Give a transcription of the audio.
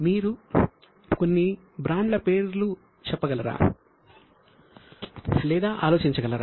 మీరు కొన్ని బ్రాండ్ల పేరు చెప్పగలరా లేదా ఆలోచించగలరా